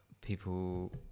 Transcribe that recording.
people